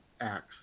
acts